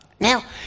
Now